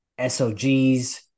SOGs